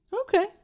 Okay